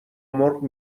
مرغ